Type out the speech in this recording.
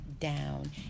Down